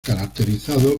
caracterizado